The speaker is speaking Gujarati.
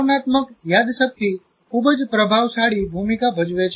ભાવનાત્મક યાદશક્તિ ખૂબ જ પ્રભાવશાળી ભૂમિકા ભજવે છે